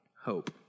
hope